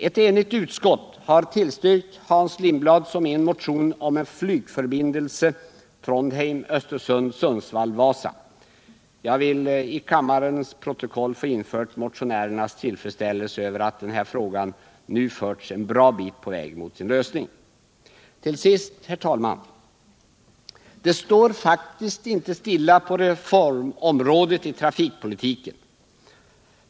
Ett enigt utskott har tillstyrkt Hans Lindblads och min motion om en flygförbindelse Trondheim-Östersund-Sundsvall-Vasa. Jag vill i kammarens protokoll få införa motionärernas tillfredsställelse över att denna fråga nu förts en bra bit på väg mot sin lösning. Till sist, herr talman! Det står faktiskt inte stilla på reformområdet i trafikpolitiken.